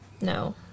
No